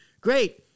great